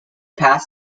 pass